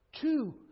two